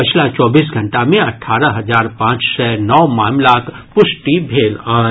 पछिला चौबीस घंटा मे अठारह हजार पांच सय नव मामिलाक पुष्टि भेल अछि